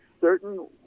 certain